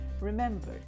Remember